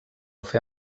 fer